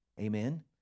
amen